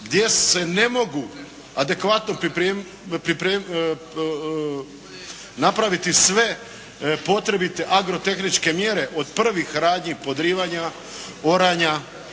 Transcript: gdje se ne mogu adekvatno napraviti sve potrebite agrotehničke mjere, od prvih radnji, podrivanja, oranja